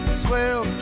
swell